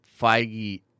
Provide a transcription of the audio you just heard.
feige